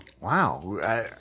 wow